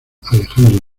alejandro